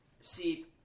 See